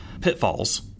pitfalls